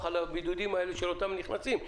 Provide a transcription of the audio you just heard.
על הבידודים האלה של אותם נכנסים.